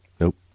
Nope